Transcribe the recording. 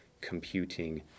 computing